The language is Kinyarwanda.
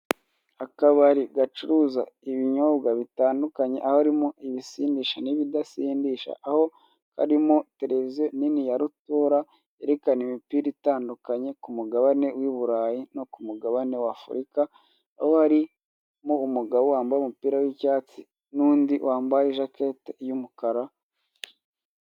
Akabari gacuruza ibinyobwa bitandukanye, aho harimo ibisindisha n'ibidasindisha, aho harimo televiziyo nini yarutura, yerekana imipira itandukanye kumuganane w'iburayi no k'umugabane wa afuruka, aho harimo umugabo wambaye umupira w'icyatsi n'undi wambaye ijaketi y'umukara....